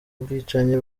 bwicanyi